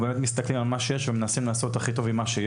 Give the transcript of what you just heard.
מסתכלים על מה שיש ומנסים לעשות את הכי טוב איתו.